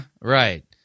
right